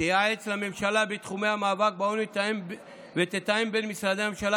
תייעץ לממשלה בתחומי המאבק בעוני ותתאם בין משרדי הממשלה